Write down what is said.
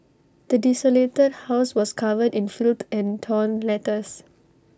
the desolated house was covered in filth and torn letters